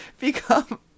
become